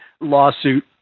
lawsuit